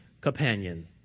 companion